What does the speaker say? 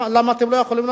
למה אתם לא יכולים לעשות?